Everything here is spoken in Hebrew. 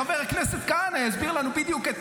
חבר הכנסת כהנא יסביר לנו בדיוק את